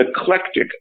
eclectic